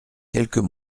quelques